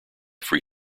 free